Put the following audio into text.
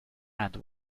and